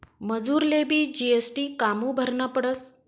मजुरलेबी जी.एस.टी कामु भरना पडस?